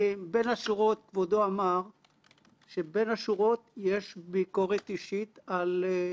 יום לפני פרסומו זה לא נקרא לתת הזדמנות נאותה למבוקרים.